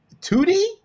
2D